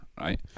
right